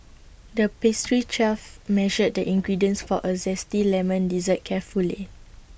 the pastry chef measured the ingredients for A Zesty Lemon Dessert carefully